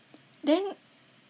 then